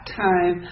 time